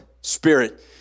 spirit